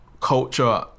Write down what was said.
culture